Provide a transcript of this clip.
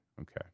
okay